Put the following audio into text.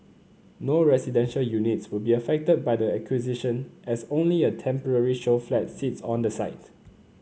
no residential units will be affected by the acquisition as only a temporary show flat sits on the site